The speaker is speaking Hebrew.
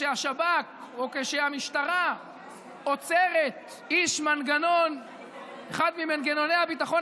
או כשהשב"כ או כשהמשטרה עוצרים איש מאחד ממנגנוני הביטחון